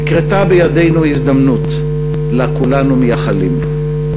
נקרתה בדרכנו ההזדמנות שלה כולנו מייחלים.